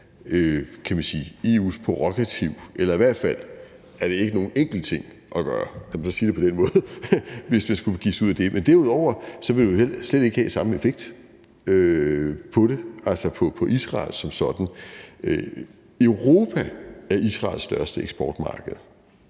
en del af EU's prærogativ, eller i hvert fald er det ikke nogen enkel ting at gøre, lad mig sige det på den måde, hvis man skulle begive sig ud i det. Men derudover vil det jo slet ikke have samme effekt på det, altså på Israel som sådan. Europa er Israels største eksportmarked